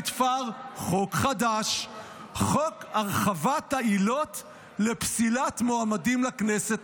נתפר חוק חדש: חוק הרחבת העילות לפסילת מועמדים לכנסת.